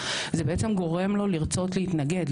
זה בעצם גורם לו לרצות להתנגד,